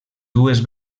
dues